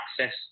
access